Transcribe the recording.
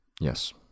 Yes